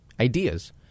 ideas